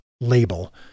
label